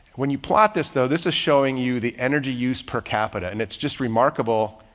when you plot this though, this is showing you the energy use per capita and it's just remarkable.